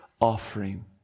offering